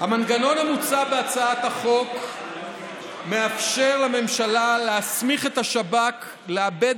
המנגנון המוצע בהצעת החוק מאפשר לממשלה להסמיך את השב"כ לעבד